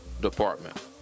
department